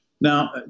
Now